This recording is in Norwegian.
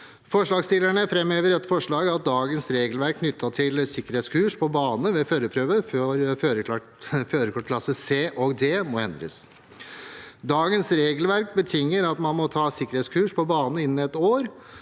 Forslagsstillerne framhever i dette forslaget at dagens regelverk knyttet til sikkerhetskurs på bane ved førerprøve for førerkortklasse C og D må endres. Dagens regelverk betinger at man må ta sikkerhetskurs på bane innen ett år